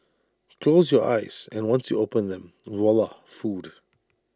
close your eyes and once you open them voila food